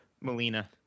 Melina